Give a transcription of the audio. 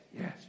Yes